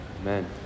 Amen